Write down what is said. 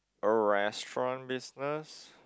a restaurant business